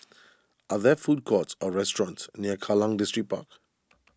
are there food courts or restaurants near Kallang Distripark